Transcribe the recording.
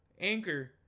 Anchor